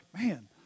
man